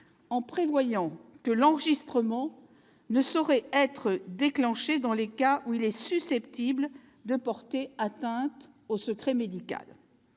en prévoyant que l'enregistrement ne saurait être déclenché « dans les cas où il est susceptible de porter atteinte au secret médical